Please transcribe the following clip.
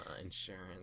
Insurance